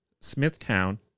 Smithtown